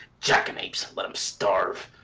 jackanapes! let him starve!